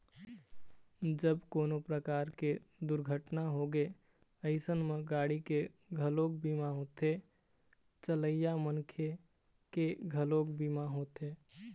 जब कोनो परकार के दुरघटना होगे अइसन म गाड़ी के घलोक बीमा होथे, चलइया मनखे के घलोक बीमा होथे